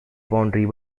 boundary